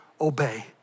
obey